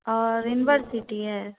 और इनबरसिटी है